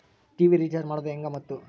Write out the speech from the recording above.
TV recharge ಮಾಡೋದು ಹೆಂಗ ಮತ್ತು?